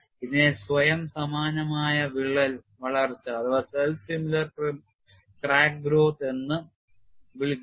ഇതിനെ സ്വയം സമാനമായ വിള്ളൽ വളർച്ച എന്ന് വിളിക്കുന്നു